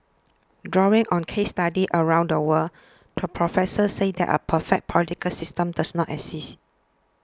drawing on case studies around the world the professor said that a perfect political system does not exist